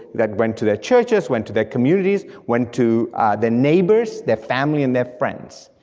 that went to their churches, went to their communities, went to their neighbors, their family and their friends,